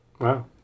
wow